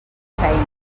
feina